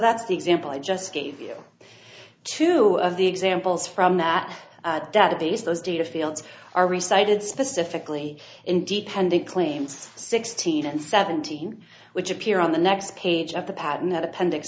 that's the example i just gave you two of the examples from that database those data fields are reciting specifically independent claims sixteen and seventeen which appear on the next page of the pattern that appendix